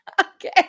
Okay